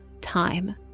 time